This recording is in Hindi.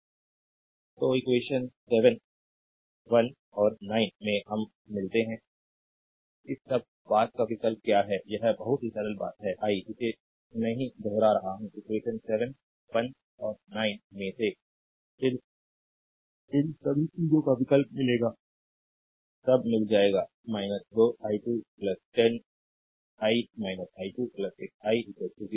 स्लाइड टाइम देखें 0659 तो इक्वेशन 7 1 और 9 से हम मिलते हैं इस सब बात का विकल्प क्या है यह बहुत ही सरल बात है आई इसे नहीं दोहरा रहा हूँ इक्वेशन 7 1 और 9 में से सिर्फ इन सभी चीजों का विकल्प मिलेगा सब मिल जाएगा 2 i2 10 I i2 6 i 0